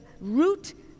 root